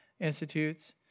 institutes